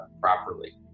properly